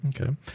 Okay